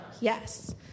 Yes